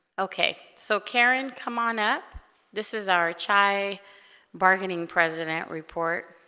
okay so karen come on up this is our chai bargaining president report